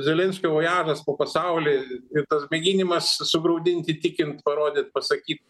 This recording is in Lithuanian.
zelenskio vojažas po pasaulį ir tas mėginimas sugraudint įtikint parodyt pasakyt